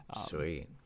Sweet